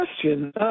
question